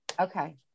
Okay